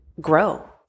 grow